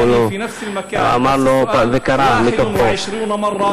מולו, וקרא מתוכה: